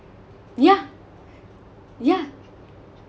yeah yeah